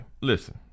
listen